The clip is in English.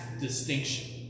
distinction